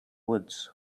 woods